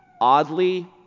oddly